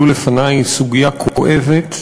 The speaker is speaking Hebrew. העלו לפני היא סוגיה כואבת,